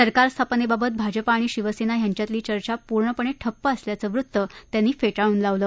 सरकार स्थापनेबाबत भाजपा आणि शिवसेना यांच्यातली चर्चा पूर्णपणे ठप्प असल्याचं वृत्त त्यांनी फेटाळून लावलं